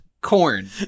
corn